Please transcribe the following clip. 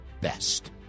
best